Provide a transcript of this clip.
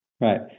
right